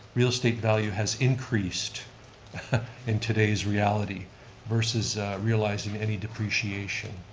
real estate value has increased in today's reality versus realizing any depreciation.